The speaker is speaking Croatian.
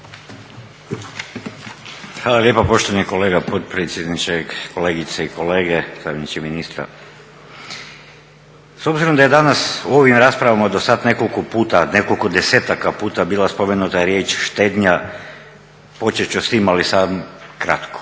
Hvala lijepa poštovani kolega potpredsjedniče, kolegice i kolege, zamjeniče ministra. S obzirom da je danas u ovim raspravama do sada nekoliko puta, nekoliko desetaka puta bila spomenuta riječ štednja početi ću s tim ali samo kratko.